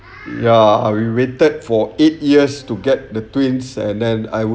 ya I've been waited for eight years to get the twins and then I would